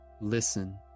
listen